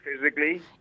physically